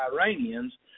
Iranians